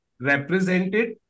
represented